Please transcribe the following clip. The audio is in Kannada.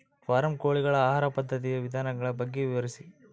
ಫಾರಂ ಕೋಳಿಗಳ ಆಹಾರ ಪದ್ಧತಿಯ ವಿಧಾನಗಳ ಬಗ್ಗೆ ವಿವರಿಸಿ?